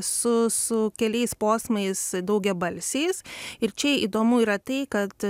su su keliais posmais daugiabalsiais ir čia įdomu yra tai kad